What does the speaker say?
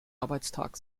arbeitstag